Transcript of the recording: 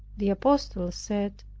the apostles said,